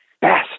best